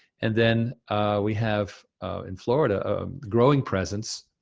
and then we have in florida, a growing presence,